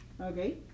okay